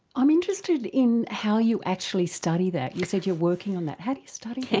i'm interested in how you actually study that. you said you're working on that. how do you study